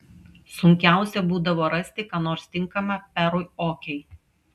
sunkiausia būdavo rasti ką nors tinkama perui okei